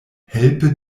helpe